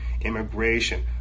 immigration